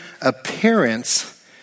appearance